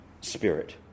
Spirit